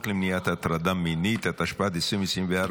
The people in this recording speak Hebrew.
למניעת הטרדה מינית (תיקון מס' 16),